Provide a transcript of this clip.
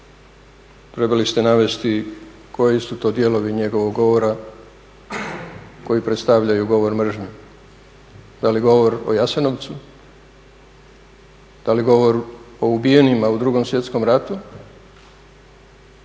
Trebali ste navesti koji su to dijelovi njegovog govora koji predstavljaju govor mržnje. Da li govor o Jasenovcu, da li govor o ubijenima u II. Svjetskom ratu,